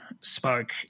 spoke